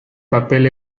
papel